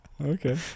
Okay